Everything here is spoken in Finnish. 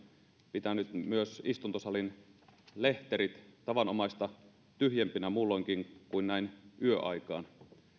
pitänyt myös istuntosalin lehterit tavanomaista tyhjempinä muulloinkin kuin näin yöaikaan